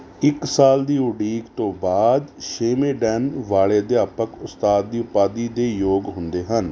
ਇੱਕ ਸਾਲ ਦੀ ਉਡੀਕ ਤੋਂ ਬਾਅਦ ਛੇਵੇਂ ਡੈਨ ਵਾਲੇ ਅਧਿਆਪਕ ਉਸਤਾਦ ਦੀ ਉਪਾਧੀ ਦੇ ਯੋਗ ਹੁੰਦੇ ਹਨ